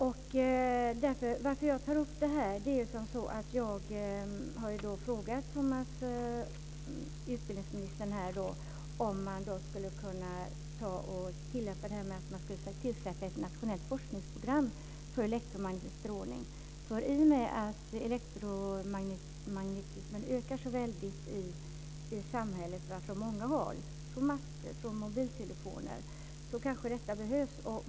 Jag tar upp det här eftersom jag har frågat utbildningsministern om man skulle kunna tillsätta ett nationellt forskningsprogram för elektromagnetisk strålning. I och med att elektromagnetismen ökar så mycket i samhället från många håll, från master och från mobiltelefoner, kanske detta behövs.